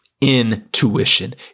Intuition